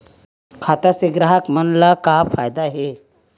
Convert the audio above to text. खाता से ग्राहक मन ला का फ़ायदा हे?